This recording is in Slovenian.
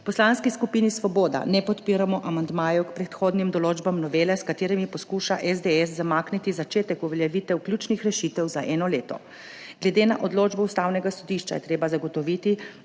Poslanski skupini Svoboda ne podpiramo amandmajev k prehodnim določbam novele, s katerimi poskuša SDS zamakniti začetek uveljavitev ključnih rešitev za eno leto. Glede na odločbo Ustavnega sodišča je treba zagotoviti,